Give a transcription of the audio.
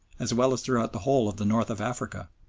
as well as throughout the whole of the north of africa.